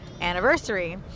anniversary